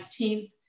19th